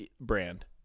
brand